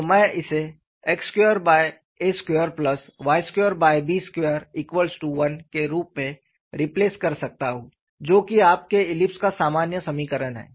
तो मैं इसे x2a2y2b21 के रूप में रिप्लेस कर सकता हूं जो कि आपके ईलिप्स का सामान्य समीकरण है